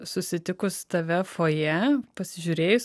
susitikus tave fojė pasižiūrėjus